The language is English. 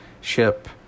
ship